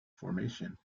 formation